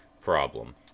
problem